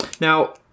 Now